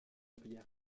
pierre